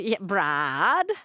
Brad